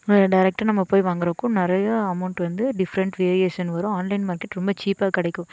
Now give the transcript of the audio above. டேரக்டாக நம்ம போய் வாங்கிறதுக்கு நிறையா அமௌண்ட் வந்து டிஃப்ரெண்ட் வேரியேஷன் வரும் ஆன்லைன் மார்க்கெட் ரொம்ப சீப்பாக கிடைக்கும்